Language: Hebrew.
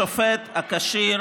שופט הכשיר